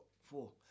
four